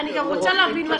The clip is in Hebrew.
אני גם רוצה להבין.